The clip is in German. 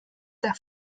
der